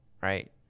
right